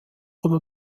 oder